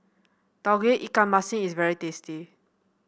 Tauge Ikan Masin is very tasty